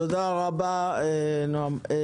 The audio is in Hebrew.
תודה רבה, נעם.